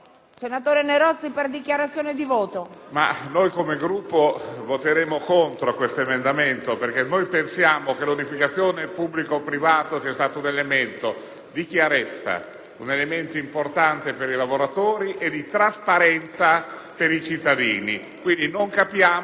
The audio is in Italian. il nostro Gruppo voterà contro questo emendamento, perché pensiamo che l'unificazione pubblico-privato sia stato un elemento di chiarezza, importante per i lavoratori e di trasparenza per i cittadini, quindi non capiamo questo riproporre delle specificità.